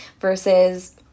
versus